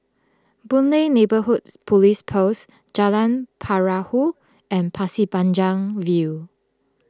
Boon Lay Neighbourhoods Police Post Jalan Perahu and Pasir Panjang View